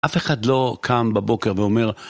אף אחד לא קם בבוקר ואומר